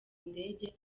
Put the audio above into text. ndege